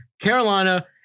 Carolina